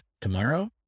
Tomorrow